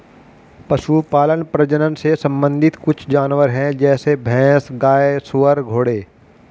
पशुपालन प्रजनन से संबंधित कुछ जानवर है जैसे भैंस, गाय, सुअर, घोड़े